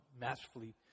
masterfully